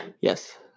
Yes